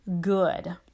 good